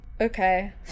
Okay